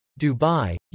Dubai